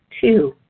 Two